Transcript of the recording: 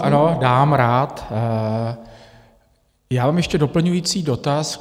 Ano, dám rád, mám ještě doplňující dotaz.